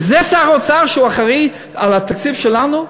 וזה שר אוצר שאחראי לתקציב שלנו?